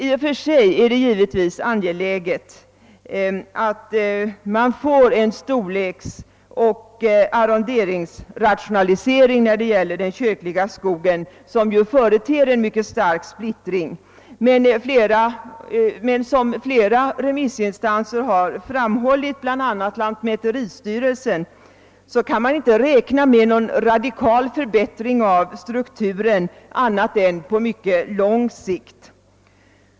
I och för sig är det angeläget att få till stånd en storleksoch arronderingsrationalisering av den kyrkliga skogen, som ju företer en stark splittring, men som flera remissinstanser har framhållit — bl.a. lantmäteristyrelsen — kan man inte räkna med någon radikal förbättring av strukturen annat än på mycket lång sikt.